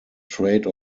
trade